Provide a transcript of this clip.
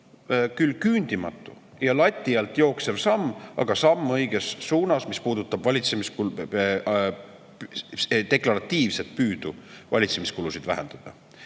küll küündimatu ja lati alt läbi jooksev samm, aga samm õiges suunas, mis puudutab deklaratiivset püüdu valitsemiskulusid vähendada.